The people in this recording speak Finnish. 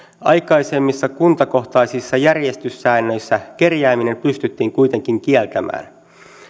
aikaisemmissa kuntakohtaisissa järjestyssäännöissä kerjääminen pystyttiin kuitenkin kieltämään